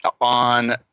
on